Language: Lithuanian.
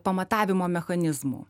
pamatavimo mechanizmų